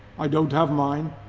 i don't have mine,